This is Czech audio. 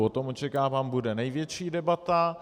O tom, očekávám, bude největší debata.